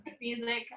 Music